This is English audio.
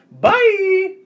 Bye